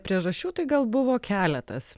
priežasčių tai gal buvo keletas